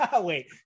Wait